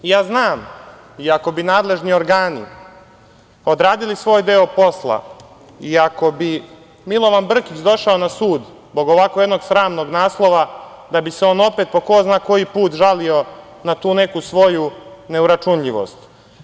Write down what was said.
Ja znam, iako bi nadležni organi odradili svoj deo posla i ako bi Milovan Brkić došao na sud zbog ovako jednog sramnog naslova, da bi se on opet, po ko zna koji put žalio, na tu neku svoju neuračunljivost.